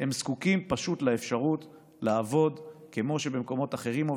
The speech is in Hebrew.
הם זקוקים פשוט לאפשרות לעבוד כמו שעובדים במקומות אחרים.